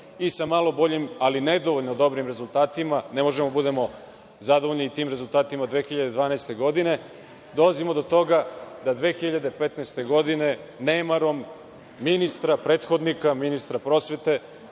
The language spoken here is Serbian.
i sa malo boljim, ali nedovoljno dobrim rezultatima ne možemo da budemo zadovoljni. Tim rezultatima 2012. godine dolazimo do toga da 2015. godine nemarom ministra prethodnika ministra prosvete